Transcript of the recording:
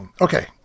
okay